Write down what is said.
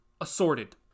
assorted